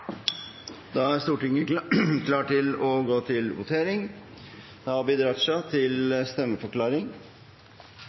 Da er vi klare til å gå til votering. Det